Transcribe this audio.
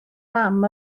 mam